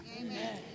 amen